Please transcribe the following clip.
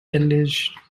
alleged